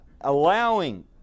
allowing